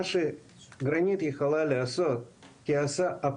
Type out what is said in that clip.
כל מה שגרנית יכולה לעשות היא עושה.